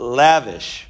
lavish